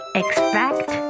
expect